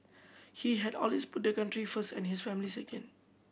he had always put the country first and his family second